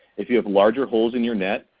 if you have larger holes in your net,